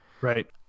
Right